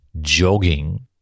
jogging